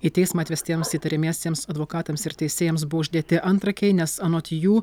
į teismą atvestiems įtariamiesiems advokatams ir teisėjams buvo uždėti antrankiai nes anot jų